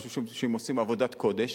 אני חושב שהם עושים עבודת קודש,